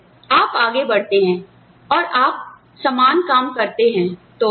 और फिर आप आगे बढ़ते हैं और आप समान काम करते हैं